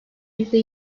yüzde